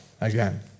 Again